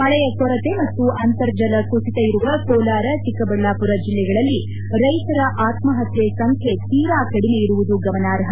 ಮಳೆಯ ಕೊರತೆ ಮತ್ತು ಅಂತರ್ಜಲ ಕುಸಿತ ಇರುವ ಕೋಲಾರ ಚಿಕ್ಕಬಳ್ಳಾಪುರ ಜಲ್ಲೆಗಳಲ್ಲಿ ರೈತರ ಆತ್ಮಪತ್ಯೆ ಸಂಖ್ಯೆ ತೀರಾ ಕಡಿಮೆ ಇರುವುದು ಗಮನಾರ್ಹ